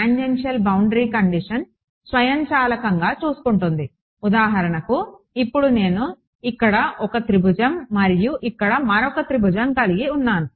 tangential boundary condition స్వయంచాలకంగా చూసుకుంటుంది ఉదాహరణకు ఇప్పుడు నేను ఇక్కడ 1 త్రిభుజం మరియు ఇక్కడ మరొక త్రిభుజం కలిగి ఉన్నాను